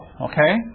Okay